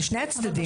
לשני הצדדים.